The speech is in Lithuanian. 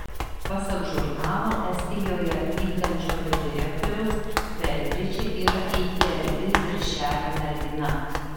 pasak žurnalo estijoje vykdančiojo direktoriaus beatričė yra ideali viršelio mergina